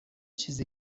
چیزی